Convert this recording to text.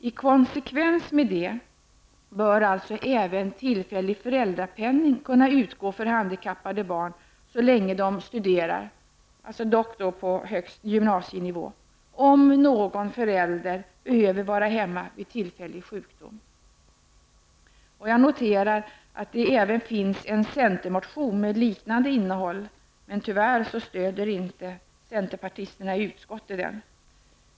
I konsekvens med det bör alltså även tillfällig föräldrapenning kunna utgå för handikappade barn så länge de studerar, dock högst gymnasienivå, om någon förälder behöver vara hemma vid tillfällig sjukdom. Jag noterar att det även finns en centermotion med liknande innehåll, men tyvärr stöder inte centerpartisterna i utskottet den.